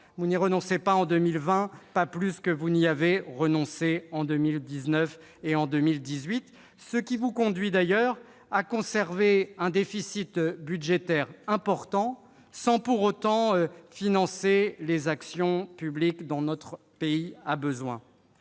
vous ne renoncez pas plus en 2020 qu'en 2019 ou en 2018, ce qui vous conduit d'ailleurs à conserver un déficit budgétaire important sans pour autant financer les actions publiques dont notre pays a besoin.